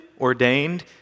ordained